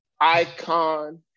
icon